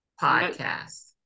Podcast